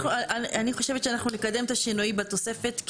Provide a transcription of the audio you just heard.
אני חושבת שאנחנו נקדם את השינוי בתוספת,